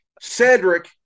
Cedric